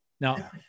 Now